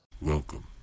Welcome